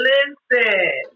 Listen